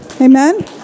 Amen